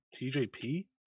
TJP